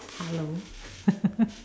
hello